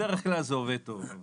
בדרך כלל זה עובד טוב.